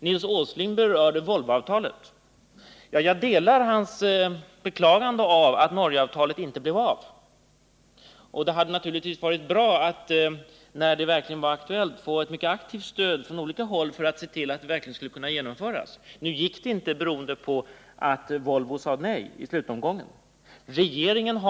Nils Åsling berörde Volvoavtalet. Jag instämmer i hans beklagande av att Norgeavtalet inte blev av. Det hade naturligtvis varit bra om man, när det verkligen var aktuellt, hade fått ett mycket aktivt stöd från olika håll för att möjliggöra ett genomförande. Nu gick det inte beroende på att Volvo i slutomgången sade nej.